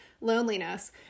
loneliness